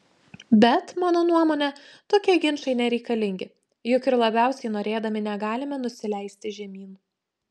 bet mano nuomone tokie ginčai nereikalingi juk ir labiausiai norėdami negalime nusileisti žemyn